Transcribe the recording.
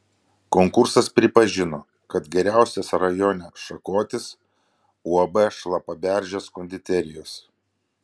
konkursas pripažino kad geriausias rajone šakotis uab šlapaberžės konditerijos